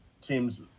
teams